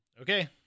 Okay